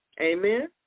Amen